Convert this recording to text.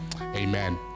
Amen